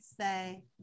say